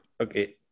okay